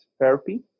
therapy